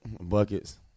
Buckets